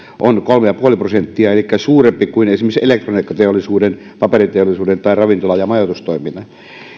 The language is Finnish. on kolme ja puoli prosenttia elikkä suurempi kuin esimerkiksi elektroniikkateollisuuden paperiteollisuuden tai ravintola ja majoitustoiminnan